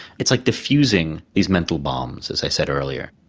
it's like diffusing these mental bombs, as i said earlier.